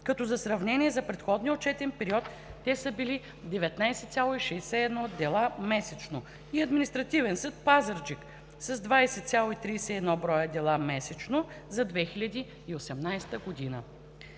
като за сравнение за предходния отчетен период те са били 19,61 дела месечно, и Административен съд – Пазарджик – 20,31 броя дела месечно за 2018 г.